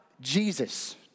Jesus